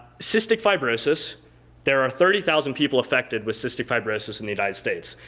cystic fibrosis there are thirty thousand people affected with cystic fibrosis in the united states.